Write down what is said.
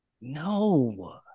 No